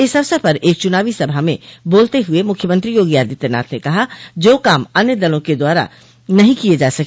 इस अवसर पर एक चुनावी सभा में बोलते हुए मुख्यमंत्री योगी आदित्यनाथ ने कहा जो काम अन्य दलों के द्वारा नहीं किये जा सके